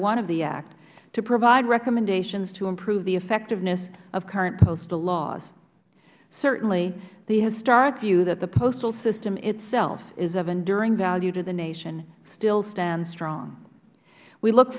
one of the act to provide recommendations to improve the effectiveness of current postal laws certainly the historic view that the postal system itself is of enduring value to the nation still stands strong we look